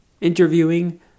interviewing